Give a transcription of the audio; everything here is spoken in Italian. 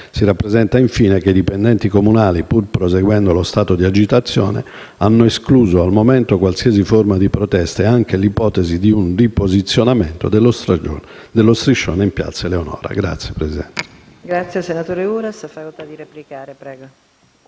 Si rappresenta, infine, che i dipendenti comunali, pur proseguendo lo stato di agitazione, hanno escluso, al momento, qualsiasi forma di protesta ed anche l'ipotesi di un riposizionamento dello striscione in piazza Eleonora.